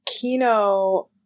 Kino